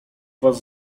was